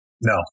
No